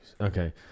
Okay